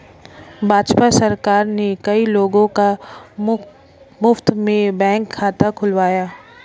भाजपा सरकार ने कई लोगों का मुफ्त में बैंक खाता खुलवाया